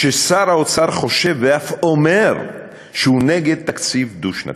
ששר האוצר חושב ואף אומר שהוא נגד תקציב דו-שנתי.